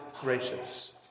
gracious